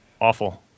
awful